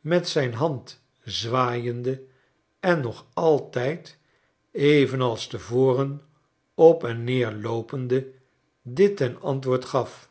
met zijn hand zwaaiende en nog altijd evenals te voren op en neer loopende dit ten antwoord gaf